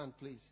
please